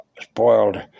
spoiled